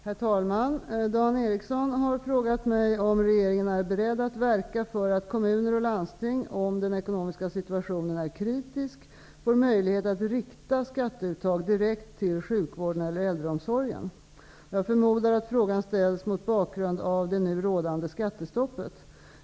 Herr talman! Dan Ericsson har frågat mig om regeringen är beredd verka för att kommuner och landsting, om den ekonomiska situationen är kritisk, får möjlighet att rikta skatteuttag direkt till sjukvården eller äldreomsorgen. Jag förmodar att frågan ställs mot bakgrund av det nu rådande skattestoppet.